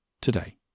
today